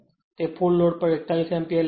તે full load પર 41 ampere લે છે